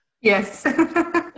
Yes